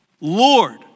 Lord